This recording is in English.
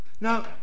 Now